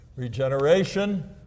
Regeneration